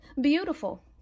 Beautiful